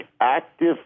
active